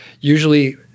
Usually